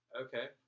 Okay